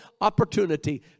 opportunity